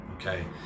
Okay